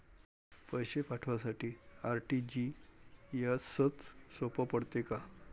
पैसे पाठवासाठी आर.टी.जी.एसचं सोप पडते का?